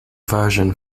version